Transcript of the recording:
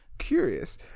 curious